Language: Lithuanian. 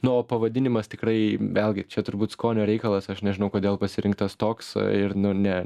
na o pavadinimas tikrai vėlgi čia turbūt skonio reikalas aš nežinau kodėl pasirinktas toks ir nu ne